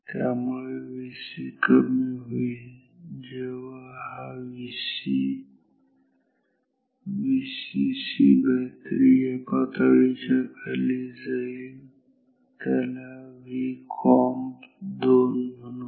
त्यामुळे Vc कमी होईल जेव्हा Vc हा Vcc3 या पातळीच्या खाली जाईल याला Vcomp2 म्हणू